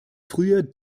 früher